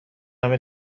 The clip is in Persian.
همه